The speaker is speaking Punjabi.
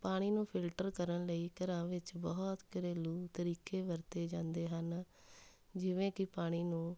ਪਾਣੀ ਨੂੰ ਫਿਲਟਰ ਕਰਨ ਲਈ ਘਰਾਂ ਵਿੱਚ ਬਹੁਤ ਘਰੇਲੂ ਤਰੀਕੇ ਵਰਤੇ ਜਾਂਦੇ ਹਨ ਜਿਵੇਂ ਕਿ ਪਾਣੀ ਨੂੰ